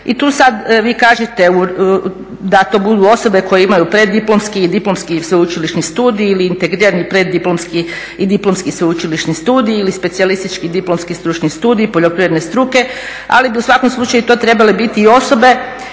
i tu sad vi kažete da to budu osobe koje imaju preddiplomski i diplomski sveučilišni studij ili integrirani preddiplomski i diplomski sveučilišni studij ili specijalistički diplomski stručni studij poljoprivredne struke, ali bi u svakom slučaju to trebale biti i osobe